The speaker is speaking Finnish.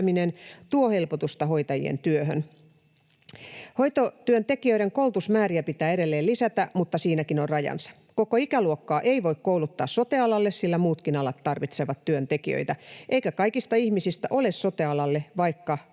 tuo helpotusta hoitajien työhön. Hoitotyöntekijöiden koulutusmääriä pitää edelleen lisätä, mutta siinäkin on rajansa. Koko ikäluokkaa ei voi kouluttaa sote-alalle, sillä muutkin alat tarvitsevat työntekijöitä, eikä kaikista ihmisistä ole sote-alalle, vaikka